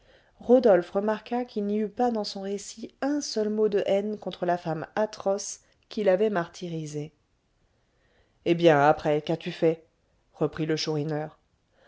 rodolphe remarqua qu'il n'y eut pas dans son récit un seul mot de haine contre la femme atroce qui l'avait martyrisée eh bien après qu'as-tu fait reprit le chourineur